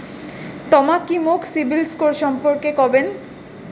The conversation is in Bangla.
তমা কি মোক সিবিল স্কোর সম্পর্কে কবেন?